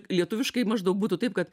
lietuviškai maždaug būtų taip kad